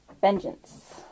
Vengeance